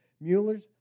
Mueller's